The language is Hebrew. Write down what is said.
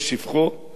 מדבר בגנותו.